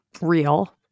real